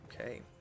okay